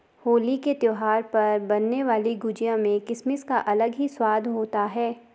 होली के त्यौहार पर बनने वाली गुजिया में किसमिस का अलग ही स्वाद होता है